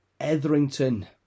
Etherington